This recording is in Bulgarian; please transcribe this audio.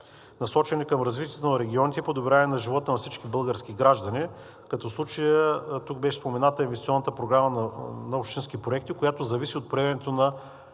насочени към развитието на регионите и подобряване на живота на всички български граждани, като в случая тук беше спомената Инвестиционната програма на общински проекти, която зависи от приемането на